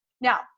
Now